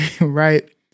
right